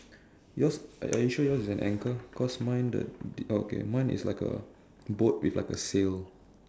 yours are are you sure yours is an anchor cause mine the okay mine is like a boat with like a sail